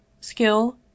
skill